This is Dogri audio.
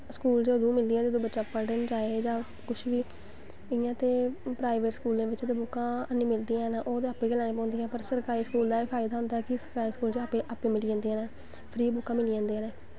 स्कूल च उसलै गै मिलदियां जिसलै पढ़दे जां कुछ बी इ'यां ते प्राईवेट स्कूलैं बिच्च बुक्कां ते नेईं मिलदियां न ओह् ते अपने गै लैना पौंदियां न पर सरकारी स्कूला दा एह् फायदा होंदा कि सरकार स्कूल च आपैं मिली जंदियां न फ्री बुक्कां मिली जंदियां न